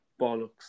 bollocks